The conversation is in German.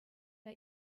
der